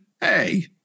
Hey